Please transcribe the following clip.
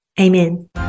Amen